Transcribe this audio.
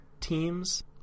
teams